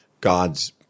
God's